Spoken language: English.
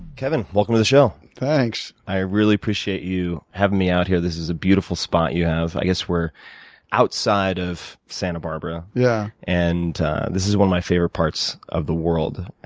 kevin, welcome to the show. thanks. i really appreciate you having me out here. this is a beautiful spot you have. i guess we're outside of santa barbara. yeah. and this is one of my favorite parts of the world.